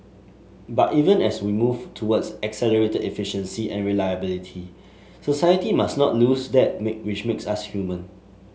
but even as we move towards accelerated efficiency and reliability society must not lose that make which makes us human